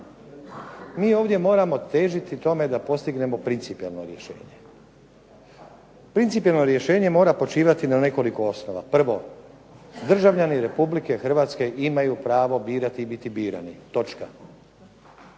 Mi ovdje moramo težiti tome da postignemo principijelno rješenje. Principijelno rješenje mora počivati na nekoliko osnova. Prvo, državljani RH imaju pravo birati i biti birani – točka.